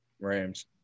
rams